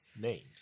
names